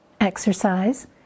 exercise